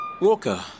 Walker